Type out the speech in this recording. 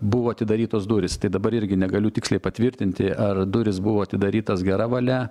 buvo atidarytos durys tai dabar irgi negaliu tiksliai patvirtinti ar durys buvo atidarytos gera valia